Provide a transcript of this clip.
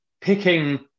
picking